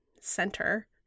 Center